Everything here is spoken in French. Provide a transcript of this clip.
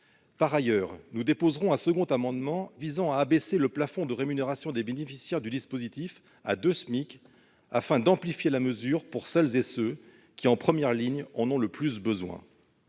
Par ailleurs, nous déposerons un second amendement visant à abaisser le plafond de rémunération des bénéficiaires du dispositif à deux SMIC, afin d'amplifier la mesure pour celles et ceux qui, en première ligne, en ont le plus besoin.